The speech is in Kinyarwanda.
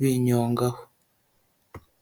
binyongaho.